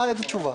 איזו תשובה?